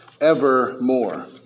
evermore